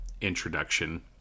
introduction